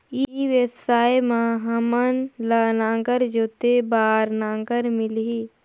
ई व्यवसाय मां हामन ला नागर जोते बार नागर मिलही?